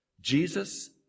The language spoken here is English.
Jesus